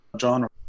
genre